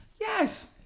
Yes